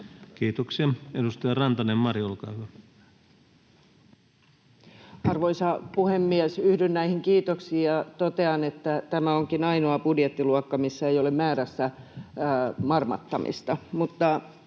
Time: 11:44 Content: Arvoisa puhemies! Yhdyn näihin kiitoksiin ja totean, että tämä onkin ainoa budjettiluokka, missä ei ole määrässä marmattamista.